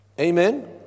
Amen